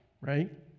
right